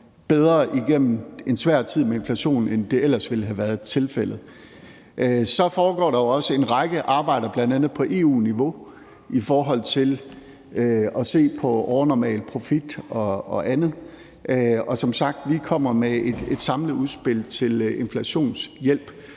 bedre igennem en svær tid med inflation, end tilfældet ellers ville have været. Så foregår der jo også en række arbejder, bl.a. på EU-niveau, i forhold til at se på overnormal profit og andet. Og som sagt: Vi kommer med et samlet udspil til inflationshjælp,